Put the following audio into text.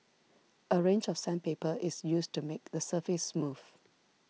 a range of sandpaper is used to make the surface smooth